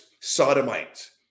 sodomites